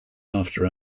after